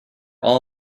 all